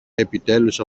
επιτέλους